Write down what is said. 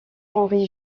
henri